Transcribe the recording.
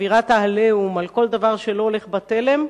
אווירת ה"עליהום" על כל דבר שלא הולך בתלם,